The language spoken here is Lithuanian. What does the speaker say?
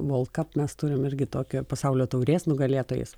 volkap mes turim irgi tokio pasaulio taurės nugalėtojus